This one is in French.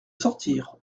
sortir